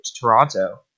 Toronto